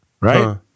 right